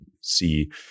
see